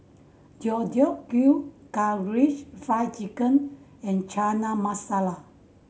Deodeok Gui Karaage Fried Chicken and Chana Masala